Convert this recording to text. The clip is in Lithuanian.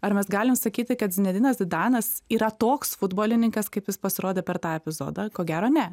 ar mes galime sakyti kad zinedinas zidanas yra toks futbolininkas kaip jis pasirodė per tą epizodą ko gero ne